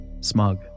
Smug